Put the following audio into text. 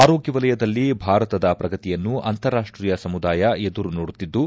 ಆರೋಗ್ಲ ವಲಯದಲ್ಲಿ ಭಾರತದ ಪ್ರಗತಿಯನ್ನು ಅಂತಾರಾಷ್ಷೀಯ ಸಮುದಾಯ ಎದುರುನೋಡುತ್ತಿದ್ದು